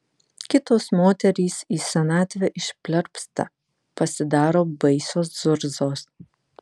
kitos moterys į senatvę išplerpsta pasidaro baisios zurzos